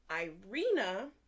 Irina